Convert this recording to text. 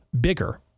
bigger